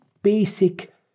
Basic